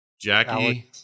Jackie